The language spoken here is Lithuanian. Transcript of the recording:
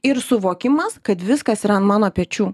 ir suvokimas kad viskas yra ant mano pečių